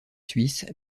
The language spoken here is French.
suisses